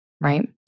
Right